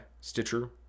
stitcher